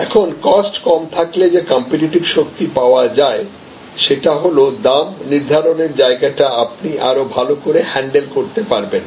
এখন কস্ট কম থাকলে যে কম্পিটিটিভ শক্তি পাওয়া যায় সেটা হল দাম নির্ধারণের জায়গাটা আপনি আরো ভালো করে হ্যান্ডেল করতে পারবেন